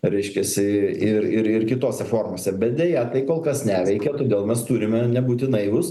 reiškiasi ir ir ir kitose formose bet deja tai kol kas neveikia todėl mes turime nebūti naivūs